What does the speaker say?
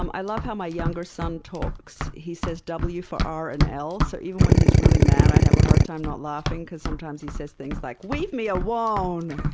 um i love how my younger son talks. he says w for r and l, so even when he's really mad, i have a hard time not laughing, because sometimes he says things like, weave me awone!